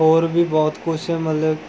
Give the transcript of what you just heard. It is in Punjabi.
ਹੋਰ ਵੀ ਬਹੁਤ ਕੁਛ ਮਤਲਬ